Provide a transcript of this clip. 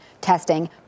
testing